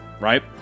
right